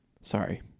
sorry